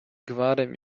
gwarem